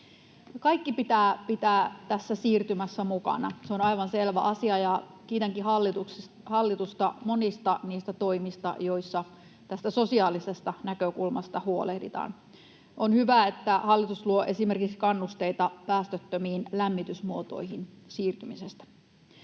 Kaikki pitää pitää tässä siirtymässä mukana, se on aivan selvä asia, ja kiitänkin hallitusta monista niistä toimista, joissa tästä sosiaalisesta näkökulmasta huolehditaan. On hyvä, että hallitus luo esimerkiksi kannusteita päästöttömiin lämmitysmuotoihin siirtymiseen.